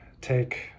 take